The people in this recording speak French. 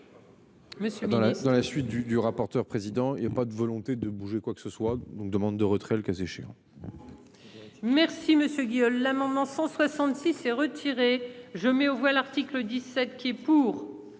dans la suite du du rapporteur président il y a pas de volonté de bouger quoi que ce soit donc demande de retrait et le cas échéant. Merci monsieur Guy l'amendement 166 et retiré je mets aux voix l'article 17 qui et pour